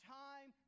time